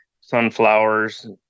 sunflowers